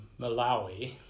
Malawi